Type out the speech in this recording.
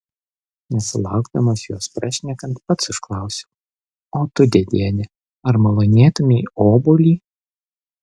nesulaukdamas jos prašnekant pats užklausiau o tu dėdiene ar malonėtumei obuolį